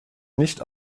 nicht